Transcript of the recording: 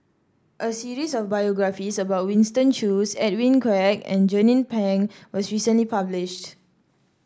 a series of biographies about Winston Choos Edwin Koek and Jernnine Pang was recently published